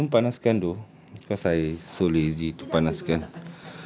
ya but I didn't panaskan though because I so lazy to panaskan